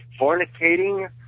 fornicating